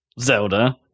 Zelda